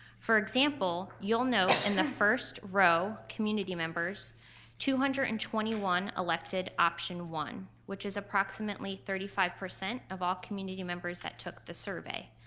for example, you'll note in the first row, community members two hundred and twenty one elected option one. which is approximately thirty five percent of all community members that took this survey.